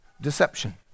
deception